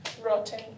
rotten